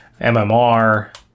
mmr